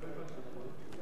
לא הבנתי זאת.